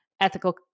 ethical